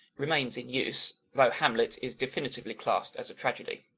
remains in use, though hamlet is definitively classed as a tragedy.